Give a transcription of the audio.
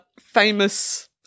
famous